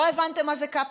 לא הבנתם מה זו קפסולה,